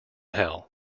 hell